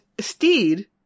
Steed